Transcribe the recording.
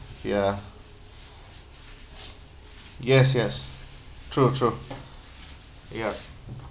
ya yes yes true true yup